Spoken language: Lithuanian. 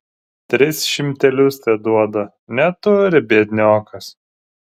tris šimtelius teduoda neturi biedniokas